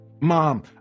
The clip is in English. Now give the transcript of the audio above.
Mom